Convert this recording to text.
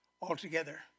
altogether